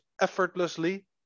effortlessly